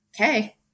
okay